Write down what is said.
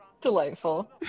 Delightful